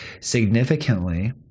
significantly